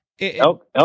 Elk